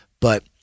But-